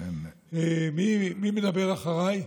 מי מדבר אחריי?